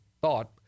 thought